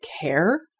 care